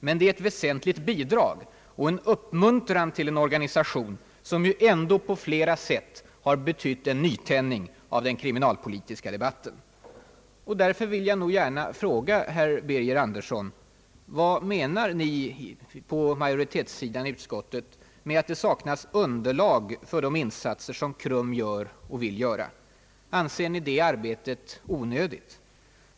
Men det är ett väsentligt bidrag och en uppmuntran till en organisation som ju ändå på flera sätt har betytt en nytändning av den kriminalpolitiska debatten. Därför vill jag gärna fråga herr Birger Andersson: Vad menar utskottsmajoriteten med att det saknas »underlag» för de insatser som KRUM gör och vill göra? Anser ni det arbetet onödigt?